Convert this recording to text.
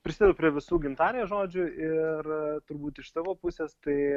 prisidedu prie visų gintarės žodžių ir turbūt iš savo pusės tai